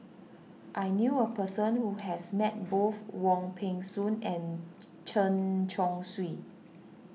I knew a person who has met both Wong Peng Soon and Chen Chong Swee